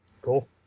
Cool